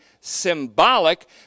symbolic